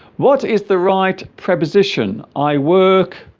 what is the right preposition i work